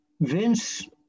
Vince